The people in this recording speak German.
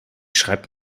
schreibt